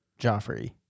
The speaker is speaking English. Joffrey